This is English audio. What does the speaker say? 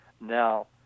Now